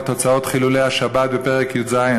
על תוצאות חילולי השבת בפרק י"ז,